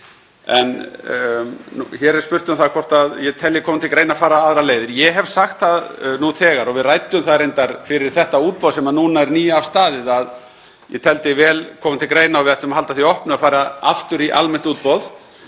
En hér er spurt um það hvort ég telji koma til greina að fara aðrar leiðir. Ég hef sagt það nú þegar, og við ræddum það reyndar fyrir þetta útboð sem nú er nýafstaðið, að ég teldi vel koma til greina og við ættum að halda því opnu að fara aftur í almennt útboð.